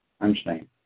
Understand